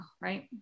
right